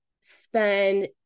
spend